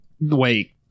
Wait